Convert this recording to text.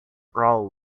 rome